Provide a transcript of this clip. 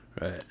Right